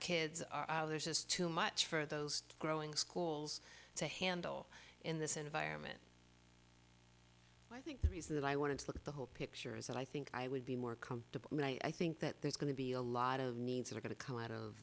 kids are there's just too much for those growing schools to handle in this environment i think that i wanted to look at the whole picture is that i think i would be more comfortable and i think that there's going to be a lot of needs are going to come out of